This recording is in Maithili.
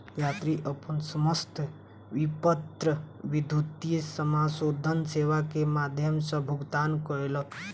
यात्री अपन समस्त विपत्र विद्युतीय समाशोधन सेवा के माध्यम सॅ भुगतान कयलक